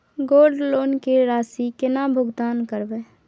Gold loan के राशि केना भुगतान करबै?